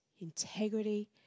integrity